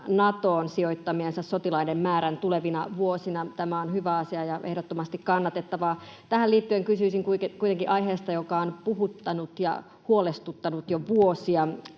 sijoittamiensa sotilaiden määrän tulevina vuosina. Tämä on hyvä asia ja ehdottomasti kannatettavaa. Tähän liittyen kysyisin kuitenkin aiheesta, joka on puhuttanut ja huolestuttanut jo vuosia,